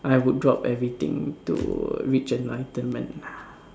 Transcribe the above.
I would drop everything to reach enlightenment